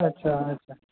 अच्छा अच्छा